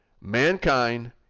Mankind